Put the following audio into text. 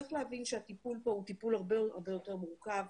צריך להבין שהטיפול פה הוא הרבה הרבה יותר מורכב.